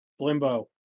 Blimbo